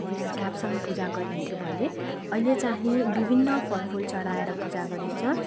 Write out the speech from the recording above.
यस ख्याप्साङ पूजा गरिन्थ्यो भने अहिले चाँहि विभिन्न फल फुल चढाएर पूजा गरिन्छ